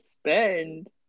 spend